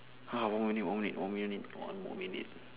ha one minute one min~ one minute one more minute